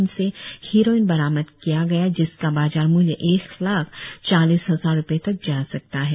उनसे हिरोइन बरामद किया गया जिसका बाजार मूल्य एक लाख चालीस हजार रुपए तक जा सकता है